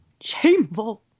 shameful